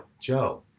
Joe